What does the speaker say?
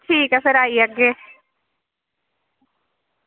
ठीक ऐ फिर आई जाह्गे